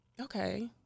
okay